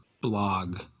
blog